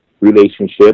relationship